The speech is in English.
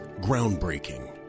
Groundbreaking